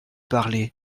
parler